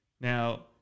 Now